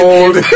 old